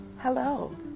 Hello